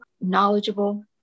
knowledgeable